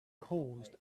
caused